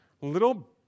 little